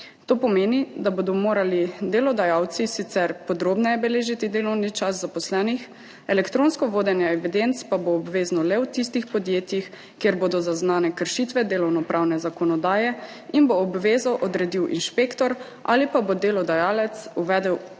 To pomeni, da bodo morali delodajalci sicer podrobneje beležiti delovni čas zaposlenih, elektronsko vodenje evidenc pa bo obvezno le v tistih podjetjih, kjer bodo zaznane kršitve delovnopravne zakonodaje in bo obvezo odredil inšpektor ali pa bo delodajalec uvedel